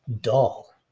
doll